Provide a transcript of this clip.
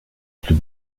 plus